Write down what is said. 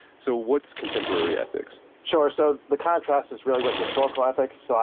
so, what's contemporary ethics? sure. so, the contrast is really with historical ethics. so